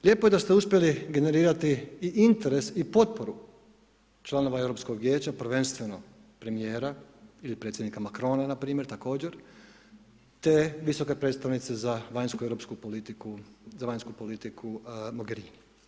Lijepo je da ste uspjeli generirati i interes i potporu članova Europskog vijeća prvenstveno premijera ili predsjednika Macrona npr. također te visoke predstavnice za vanjsku europsku politiku, za vanjsku politiku Mogherini.